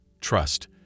trust